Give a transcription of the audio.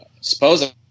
suppose